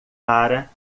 para